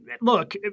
look